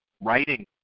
writing